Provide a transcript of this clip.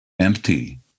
empty